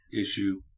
issue